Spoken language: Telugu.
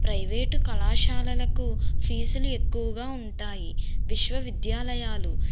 ప్రైవేట్ కళాశాలలకు ఫీజులు ఎక్కువగా ఉంటాయి విశ్వవిద్యాలయాలు